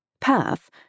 PATH